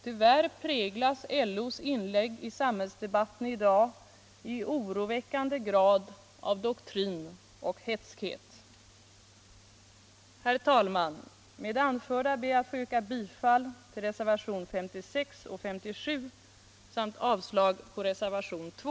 Tyvärr präglas LO:s inlägg i samhällsdebatten i dag i oroväckande grad av doktrin och hätskhet. Herr talman! Med det anförda ber jag att få yrka bifall till reservationerna 56 och 57 samt avslag på reservationen 2.